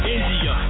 India